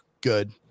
good